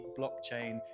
blockchain